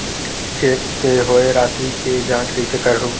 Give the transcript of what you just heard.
Cheque से होए राशि के जांच कइसे करहु?